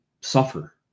suffer